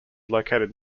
located